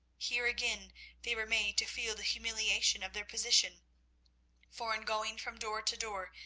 here again they were made to feel the humiliation of their position for in going from door to door,